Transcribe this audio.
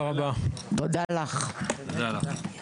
הישיבה ננעלה בשעה